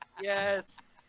Yes